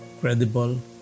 credible